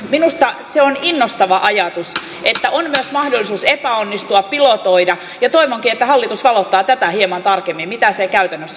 minusta on innostava ajatus että on myös mahdollisuus epäonnistua pilotoida ja toivonkin että hallitus valottaa hieman tarkemmin mitä se käytännössä voisi olla